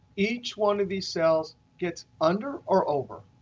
each one of these cells gets under or over.